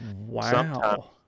Wow